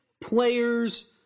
players